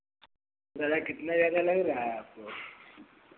दादा कितना ज़्यादा लग रहा है आपको